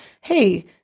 hey